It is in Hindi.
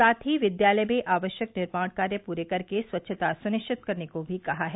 साथ ही विद्यालय में आवश्यक निर्माण कार्य पूरे कर के स्वच्छता सुनिश्चित करने को भी कहा है